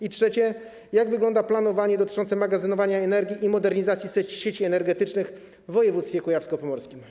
I trzecie: Jak wygląda planowanie dotyczące magazynowania energii i modernizacji sieci energetycznych w województwie kujawsko-pomorskim?